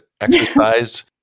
exercise